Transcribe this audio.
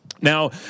Now